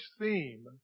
theme